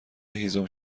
هیزم